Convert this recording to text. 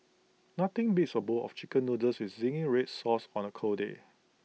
nothing beats A bowl of Chicken Noodles with Zingy Red Sauce on A cold day